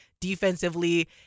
defensively